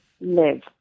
live